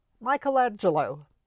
Michelangelo